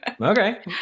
Okay